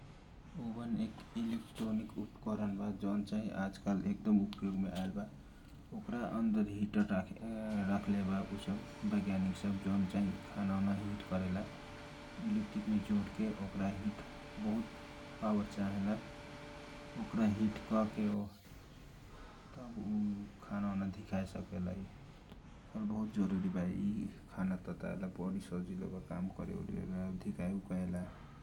ओभन एक इलेकट्रोनीक उपकरण बा जौन चाही आजकाल बहुत प्रयोग में आयल बा ओकरा अनदर हिटर डालले बा जौन बैज्ञानीक सब रखले बा जौन खाना ओना हीत करेला इलेट्रिक मे जोडके एकारा बहुत हीट चाहेला ओकरा हिट करके खानाओनाधिकाय ला बहुत सजीलोबा ।